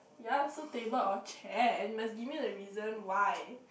ya so table or chair and you must give me the reason why